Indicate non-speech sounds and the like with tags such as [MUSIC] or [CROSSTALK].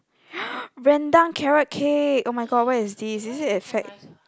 [NOISE] Rendang Carrot-Cake oh-my-god where is this is it a fat